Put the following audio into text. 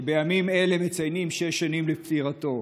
שבימים אלה מציינים שש שנים לפטירתו,